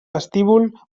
vestíbul